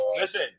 Listen